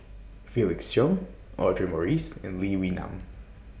Felix Cheong Audra Morrice and Lee Wee Nam